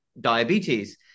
diabetes